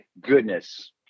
goodness